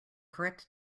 correct